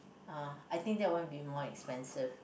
uh I think that one be more expensive